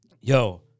yo